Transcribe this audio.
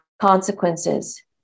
consequences